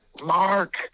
Mark